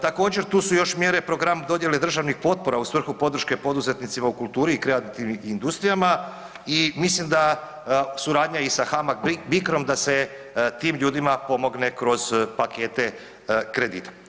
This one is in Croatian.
Također tu su još mjere program dodjele državnih potpora u svrhu podrške poduzetnicima u kulturi i kreativnim industrijama i mislim da suradnja i sa HAMAG-BICRO da se tim ljudima pomogne kroz pakete kredita.